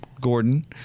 Gordon